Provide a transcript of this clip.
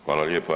Hvala lijepa.